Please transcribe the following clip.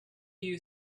you